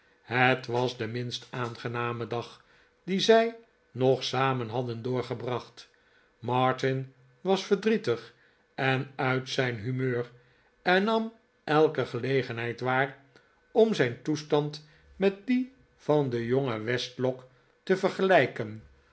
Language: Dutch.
het was de minst aangename dag dien zij nog samen hadden doorgebracht martin was verdrietig en uit zijn humeur en nam elke gelegenheid waar om zijn toestand met dien van den jongen westlock te vergelijken